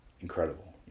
incredible